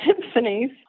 symphonies